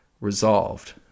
resolved